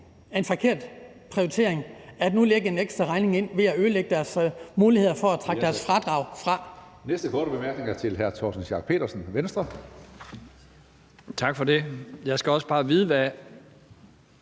en forkert prioritering nu at lægge en ekstra regning hos dem ved at ødelægge deres muligheder for at bruge deres fradrag.